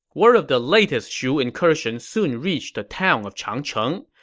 word of the latest shu incursion soon reached the town of changcheng.